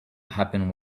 happen